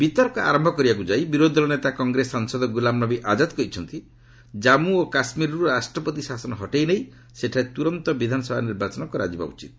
ବିତର୍କ ଆରମ୍ଭ କରିବାକୁ ଯାଇ ବିରୋଧୀ ଦଳ ନେତା କଂଗ୍ରେସ ସାଂସଦ ଗୁଲାମନବୀ ଆଜାଦ କହିଛନ୍ତି ଜାମ୍ମୁ ଓ କାଶ୍ମୀରରୁ ରାଷ୍ଟ୍ରପତି ଶାସନ ହଟାଇ ନେଇ ସେଠାରେ ତୂରନ୍ତ ବିଧାନସଭା ନିର୍ବାଚନ କରାଯିବା ଉଚିତ୍